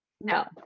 No